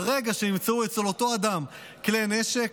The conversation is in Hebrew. ברגע שימצאו אצל אותו אדם כלי נשק,